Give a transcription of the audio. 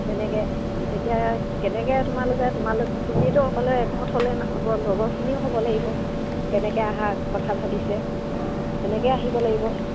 তেনেকৈ এতিয়া কেনেকৈ তোমালোকে তোমালোক তুমিতো অকলে একমত হ'লে নহ'ব লগৰখিনিও হ'ব লাগিব কেনেকৈ অহা কথা ভাবিছে তেনেকৈ আহিব লাগিব